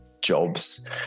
jobs